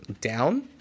down